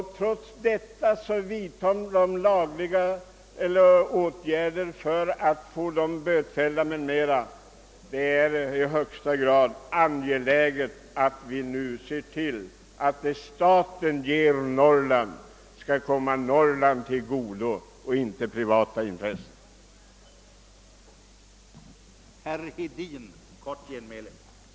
Trots detta vidtar bolaget åtgärder för att få honom bötfälld. Det är i högsta grad angeläget att vi nu ser till att vad staten ger Norrland kommer Norrland och inte privata intressen till godo.